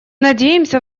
надеемся